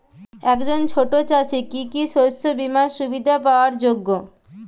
একজন ছোট চাষি কি কি শস্য বিমার সুবিধা পাওয়ার যোগ্য?